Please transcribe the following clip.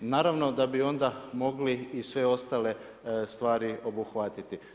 Naravno da bi onda mogli i sve ostale stvari obuhvatiti.